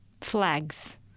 flags